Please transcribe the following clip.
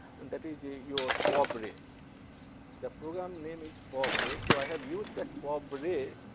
and that is the your pov-ray the program name is pov-ray so i have use that pov-ray